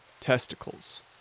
testicles